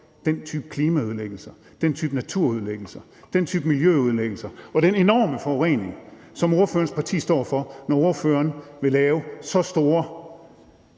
den type klimaødelæggelse, den type naturødelæggelse, den type miljøødelæggelse og den enorme forurening, som ordførerens parti står for, når ordføreren vil lave så store